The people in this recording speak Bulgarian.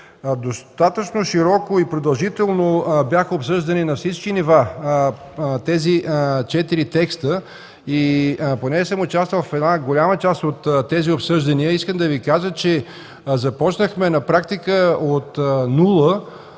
достатъчно широко и продължително бяха обсъждани на всички нива. Понеже съм участвал в голяма част от тези обсъждания, искам да Ви кажа, че започнахме на практика от нула,